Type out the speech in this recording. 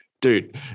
dude